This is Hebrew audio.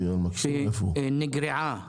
שנגרעה,